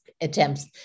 attempts